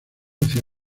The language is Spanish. hacia